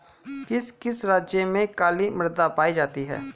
किस किस राज्य में काली मृदा पाई जाती है?